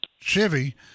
Chevy